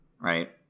right